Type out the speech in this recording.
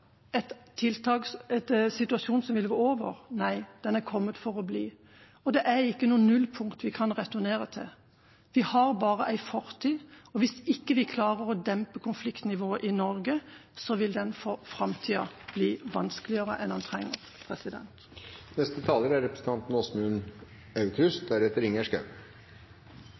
situasjon som vil gå over? Nei, den er kommet for å bli, og det er ikke noe nullpunkt å returnere til. Vi har bare en fortid, og hvis vi ikke klarer å dempe konfliktnivået i Norge, vil framtida bli vanskeligere enn den trenger å være. Det er